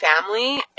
family